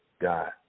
God